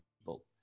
people